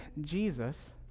Jesus